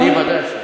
אני ודאי שמסכים.